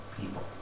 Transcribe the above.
people